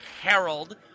Harold